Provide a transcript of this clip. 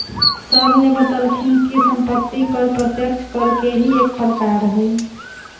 sir ने बतल खिन कि सम्पत्ति कर प्रत्यक्ष कर के ही एक प्रकार हई